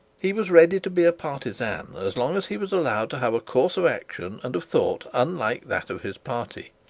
he was ready to be a partisan as long as he was allowed to have a course of action and of thought unlike that of his party.